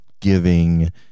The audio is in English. giving